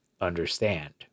understand